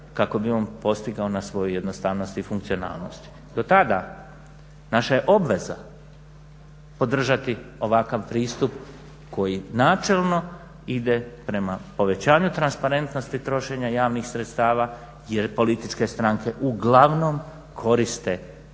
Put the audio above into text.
kako bi on postigao na svojoj jednostavnosti i funkcionalnosti. Do tada naša je obveza podržati ovakav pristup koji načelno ide prema povećanju transparentnosti trošenja javnih sredstava, jer političke stranke uglavnom koriste sredstva